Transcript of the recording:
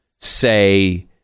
Say